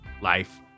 life